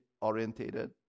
orientated